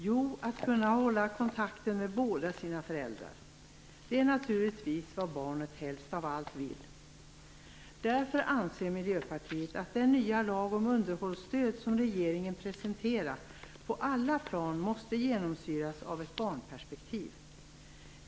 Jo, att kunna hålla kontakten med båda sina föräldrar. Det är naturligtvis vad barnet helst av allt vill. Därför anser Miljöpartiet att den nya lag om underhållsstöd som regeringen presenterat på alla plan måste genomsyras av ett barnperspektiv.